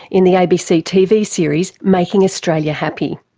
in the abc tv series making australia happy.